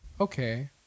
okay